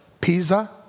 Pisa